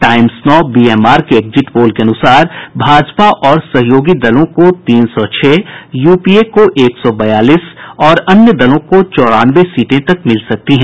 Times Now BMR के exit poll के अनुसार भाजपा और सहयोगी दलों को तीन सौ छह यूपीए को एक सौ बयालीस और अन्य दलों को चौरानवे सीटें तक मिल सकती हैं